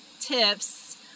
tips